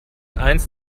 eins